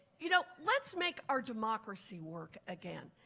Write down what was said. you know let's make our democracy work again.